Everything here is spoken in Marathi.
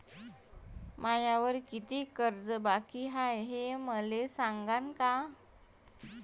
मायावर कितीक कर्ज बाकी हाय, हे मले सांगान का?